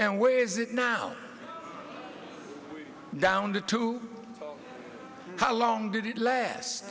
and where is it now down to two how long did it last